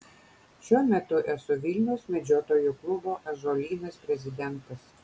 šiuo metu esu vilniaus medžiotojų klubo ąžuolynas prezidentas